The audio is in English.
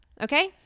Okay